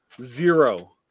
Zero